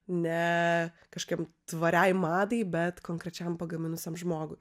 ne kažkokiam tvariai madai bet konkrečiam pagaminusiam žmogui